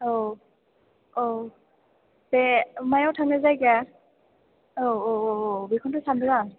औ औ दे मायाव थांनो जायगाया औ औ औ बेखौनोथ' सानदों आं